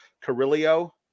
Carrillo